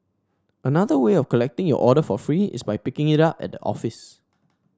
another way of collecting your order for free is by picking it up at the office